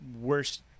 worst